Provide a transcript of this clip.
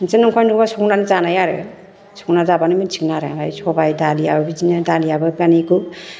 नोंसोर नंखाय नंदोंबा संनानै जानाय आरो संनानै जाबानो मोनथिगोन आरो ओमफ्राय सबाइ दालियाबो बिदिनो दालियाबो माने गु